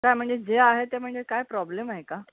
काय म्हणजे जे आहे ते म्हणजे काही प्रॉब्लेम आहे का